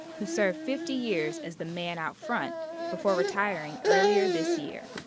who served fifty years as the man out front before retiring earlier this year.